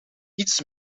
iets